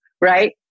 right